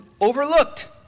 overlooked